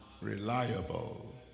reliable